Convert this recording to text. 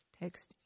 text